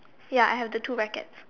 ya I have the two rackets